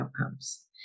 outcomes